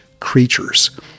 creatures